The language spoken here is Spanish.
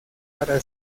para